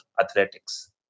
athletics